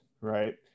right